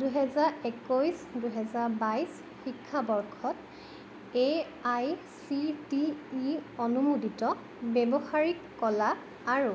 দুহেজাৰ একৈছ দুহেজাৰ বাইছ শিক্ষাবৰ্ষত A I C T E অনুমোদিত ব্যৱহাৰিক কলা আৰু